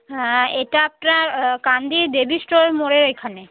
হ্যাঁ এটা আপনার কান্দি দেবী স্টোর মোরের এখানে